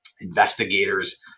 investigators